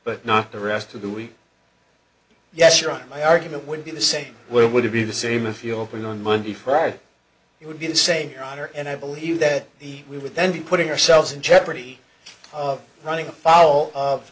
but not the rest of the week yes your honor my argument would be the same would be the same if you open on monday friday it would be the same your honor and i believe that we would then be putting ourselves in jeopardy of running afoul of